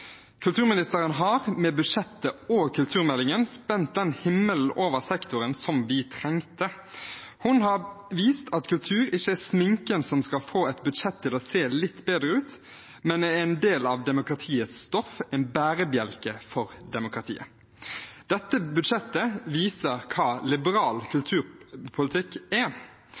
Kulturministeren har med budsjettet og kulturmeldingen spent den himmelen over sektoren som vi trengte. Hun har vist at kultur ikke er sminken som skal få et budsjett til å se litt bedre ut, men er en del av demokratiets stoff, en bærebjelke for demokratiet. Dette budsjettet viser hva liberal kulturpolitikk er.